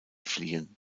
fliehen